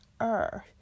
Earth